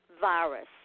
virus